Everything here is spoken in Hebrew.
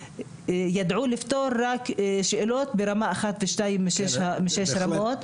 ידעו לפתור שאלות רק ברמה 1 ו-2 מתוך שש רמות,